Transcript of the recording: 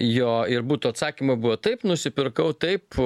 jo ir būtų atsakymo buvo taip nusipirkau taip